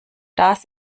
das